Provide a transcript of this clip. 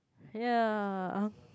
ya